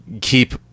keep